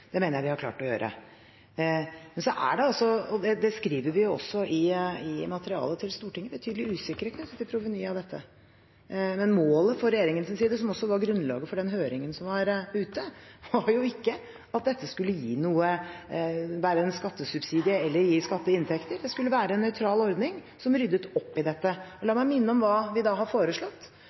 Det mener jeg vi har klart å gjøre. Men så er det altså – og det skriver vi også i materialet til Stortinget – betydelig usikkerhet knyttet til proveny av dette. Men målet fra regjeringens side, som også var grunnlaget for den høringen som var ute, var jo ikke at dette skulle være en skattesubsidie eller gi skatteinntekter. Det skulle være en nøytral ordning som ryddet opp i dette. Og la meg minne om hva vi da har foreslått;